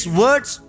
words